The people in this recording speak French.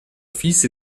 fils